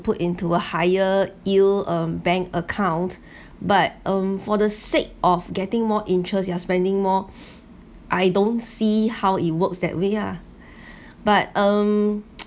put into a higher yield um bank account but um for the sake of getting more interest you are spending more I don't see how it works that way ah but um